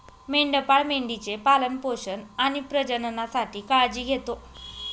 मेंढपाळ मेंढी चे पालन पोषण आणि प्रजननासाठी काळजी घेतो